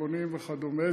טבעונים וכדומה,